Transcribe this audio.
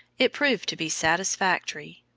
it proved to be satisfactory.